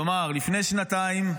כלומר לפני שנתיים,